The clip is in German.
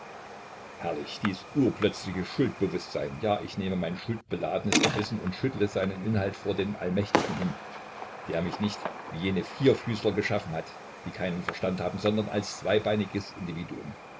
herrlich dies urplötzliche schuldbewußtsein ja ich nehme mein schuldbeladenes gewissen und schüttle seinen inhalt vor den allmächtigen hin der mich nicht wie jene vierfüßler geschaffen hat die keinen verstand haben sondern als zweibeiniges individuum